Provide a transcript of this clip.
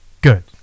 Good